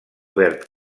verd